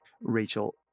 Rachel